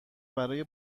روی